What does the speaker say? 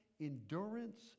endurance